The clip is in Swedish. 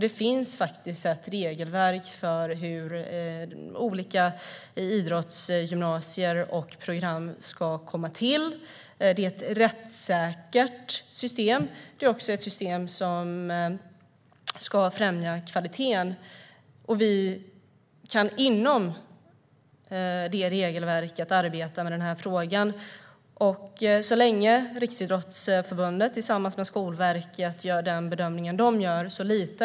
Det finns faktiskt ett regelverk för hur olika idrottsgymnasier och program ska komma till. Det är ett rättssäkert system. Det är också ett system som ska främja kvaliteten. Vi kan inom det regelverket arbeta med den här frågan. Jag litar på den bedömning som Riksidrottsförbundet och Skolverket gör.